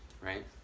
right